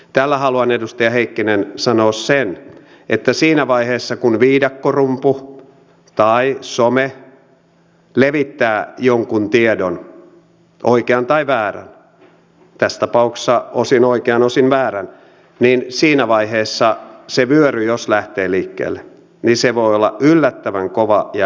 tällä haluan edustaja heikkinen sanoa sen että kun viidakkorumpu tai some levittää jonkin tiedon oikean tai väärän tässä tapauksessa osin oikean osin väärän niin jos se vyöry lähtee siinä vaiheessa liikkeelle se voi olla yllättävän kova ja yllättävän nopea